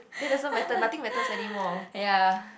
ya